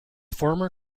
former